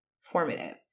formative